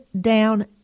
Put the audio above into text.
down